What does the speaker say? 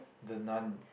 The-Nun